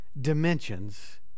dimensions